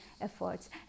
efforts